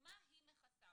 מה היא מכסה.